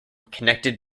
connected